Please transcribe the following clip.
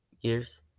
years